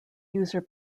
user